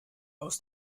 aus